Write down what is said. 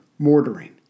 mortaring